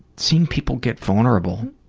seeing people get vulnerable.